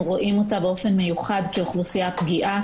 רואים אותה באופן מיוחד כאוכלוסייה פגיעה.